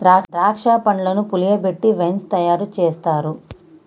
ద్రాక్ష పండ్లను పులియబెట్టి వైన్ తయారు చేస్తారు